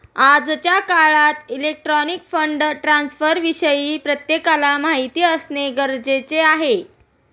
आजच्या काळात electronic fund ट्रान्स्फरविषयी प्रत्येकाला माहिती असणे गरजेचे आहे